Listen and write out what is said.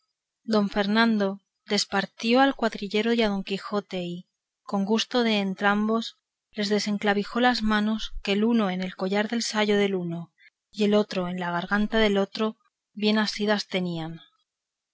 don fernando despartió al cuadrillero y a don quijote y con gusto de entrambos les desenclavijó las manos que el uno en el collar del sayo del uno y el otro en la garganta del otro bien asidas tenían